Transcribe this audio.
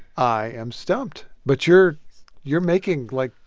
i am stumped. but you're you're making, like,